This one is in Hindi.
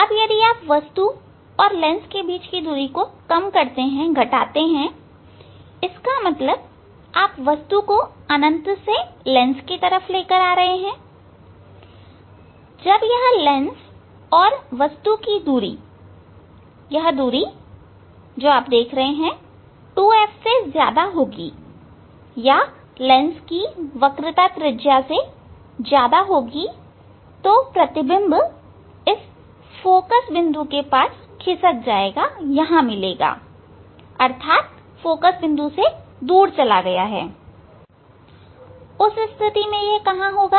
अब यदि आप वस्तु और लेंस के बीच की दूरी को घटाते हैं कम करते हैं मतलब यदि आप वस्तु को अनंत से लेंस की तरफ लाते हैं जब यह लेंस और वस्तु की दूरी यह दूरी 2F से ज्यादा होगी या लेंस की वक्रता त्रिज्या से ज्यादा होगी तो प्रतिबिंब फोकल बिंदु से खिसक जाएगा अर्थात यह फोकल बिंदु से दूर चला जाएगा